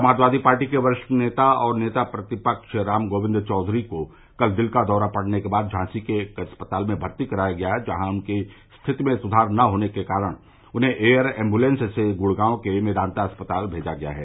Samajwadi party के वरिष्ठ नेता और नेता प्रतिफ्व रामगोविंद चौघरी को कल दिल का दौरा पड़ने के बाद झांसी के एक अस्पताल में भर्ती कराया गया जहां उनकी स्थिति में सुघार न होने के कारण उन्हें एयर एम्बुलेंस से गुड़गांव के मेदांता अस्पताल मेजा गया है